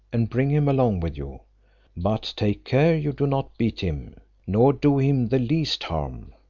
and bring him along with you but take care you do not beat him, nor do him the least harm.